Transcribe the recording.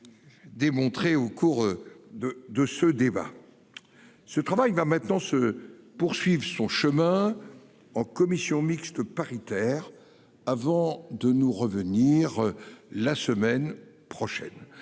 Démontré au cours de de ce débat. Ce travail va maintenant se poursuive son chemin. En commission mixte paritaire. Avant de nous revenir la semaine prochaine.